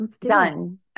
Done